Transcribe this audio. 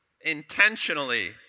Intentionally